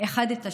אחד את השני.